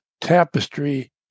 Tapestry